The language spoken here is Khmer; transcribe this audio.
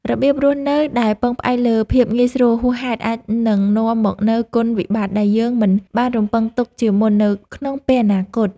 របៀបរស់នៅដែលពឹងផ្អែកលើភាពងាយស្រួលហួសហេតុអាចនឹងនាំមកនូវគុណវិបត្តិដែលយើងមិនបានរំពឺងទុកជាមុននៅក្នុងពេលអនាគត។